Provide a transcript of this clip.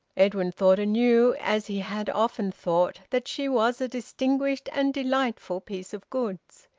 edwin thought anew, as he had often thought, that she was a distinguished and delightful piece of goods.